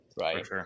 right